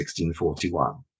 1641